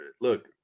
look